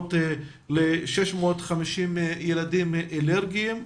לסייעות ל-650 ילדים אלרגיים,